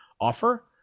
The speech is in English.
offer